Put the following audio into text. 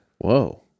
Whoa